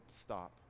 stop